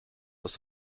dass